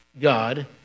God